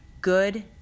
good